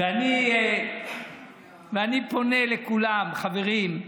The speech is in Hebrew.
אני פונה לכולם: חברים,